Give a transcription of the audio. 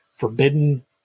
Forbidden